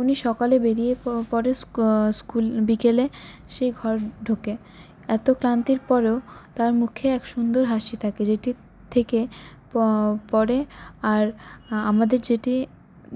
উনি সকালে বেরিয়ে পরে স্কুল বিকেলে সে ঘর ঢোকে এত ক্লান্তির পরেও তার মুখে এক সুন্দর হাসি থাকে যেটি থেকে পরে আর আমাদের যেটি